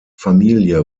familie